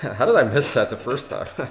how did i miss that the first time?